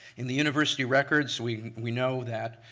in the university records, we we know that,